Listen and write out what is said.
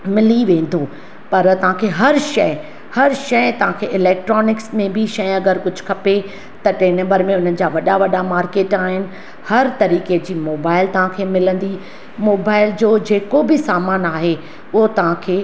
मिली वेंदो पर तव्हांखे हर शइ हर शइ तव्हांखे इलेक्ट्रानिक्स में बि शइ अगरि कुझु खपे त टिएं नम्बर में उन जा वॾा वॾा मार्केट आहिनि हर तरीक़े जी मोबाइल तव्हांखे मिलंदी मोबाइल जो जेको बि सामानु आहे उहो तव्हांखे